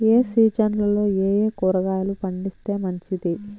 ఏ సీజన్లలో ఏయే కూరగాయలు పండిస్తే మంచిది